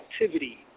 activity